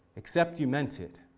except he meant it.